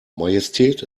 majestät